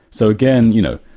so again, you know,